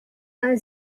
are